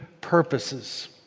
purposes